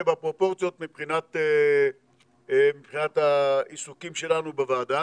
בפרופורציות מבחינת העיסוקים שלנו בוועדה,